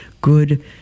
Good